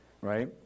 right